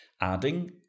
Adding